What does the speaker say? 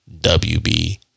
WB